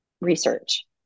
research